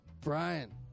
Brian